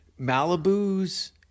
Malibu's